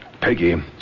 Peggy